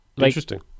Interesting